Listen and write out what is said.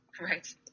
Right